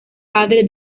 padre